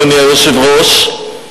אדוני היושב-ראש,